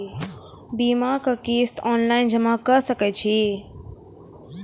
बीमाक किस्त ऑनलाइन जमा कॅ सकै छी?